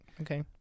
Okay